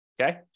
okay